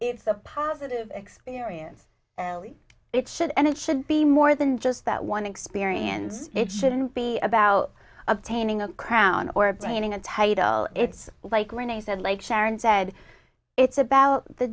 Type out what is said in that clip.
it's a positive experience it should and it should be more than just that one experience it shouldn't be about obtaining a crown or obtaining a title it's like rene said like sharon said it's about the